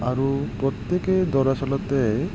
আৰু প্ৰত্যেকেই দৰাচলতে